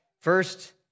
First